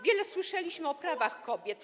Wiele słyszeliśmy o prawach kobiet.